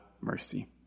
mercy